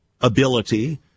ability